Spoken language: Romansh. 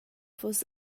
fuss